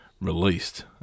Released